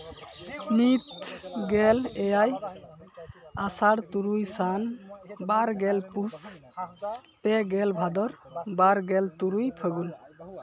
ᱢᱤᱫ ᱜᱮᱞ ᱮᱭᱟᱭ ᱟᱥᱟᱲ ᱛᱩᱨᱩᱭ ᱥᱟᱱ ᱵᱟᱨ ᱜᱮᱞ ᱯᱩᱥ ᱯᱮ ᱜᱮᱞ ᱵᱷᱟᱫᱚᱨ ᱵᱟᱨ ᱜᱮᱞ ᱛᱩᱨᱩᱭ ᱯᱷᱟᱹᱜᱩᱱ